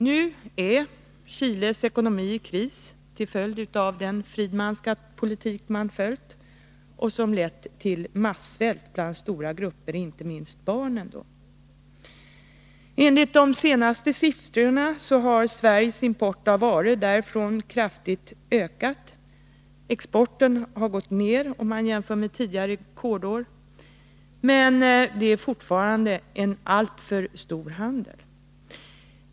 Nu är Chiles ekonomi i kris till följd av den friedmanska politik man följt och som lett till massvält bland stora grupper, inte minst bland barnen. Enligt de senaste siffrorna har Sveriges import av varor från Chile kraftigt ökat. Exporten har gått ner, om man jämför med tidigare rekordår. Det är emellertid fortfarande en alltför omfattande handel.